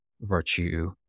virtue